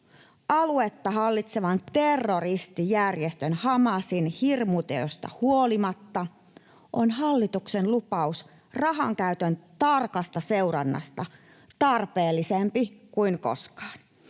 aluetta hallitsevan terroristijärjestön Hamasin hirmuteoista huolimatta, on hallituksen lupaus rahankäytön tarkasta seurannasta tarpeellisempi kuin koskaan.